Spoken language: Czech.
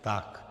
Tak.